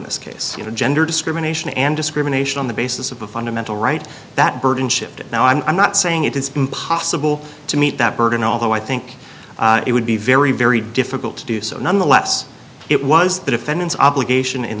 this case of gender discrimination and discrimination on the basis of a fundamental right that burden shifted now i'm not saying it is impossible to meet that burden although i think it would be very very difficult to do so nonetheless it was the defendant's obligation in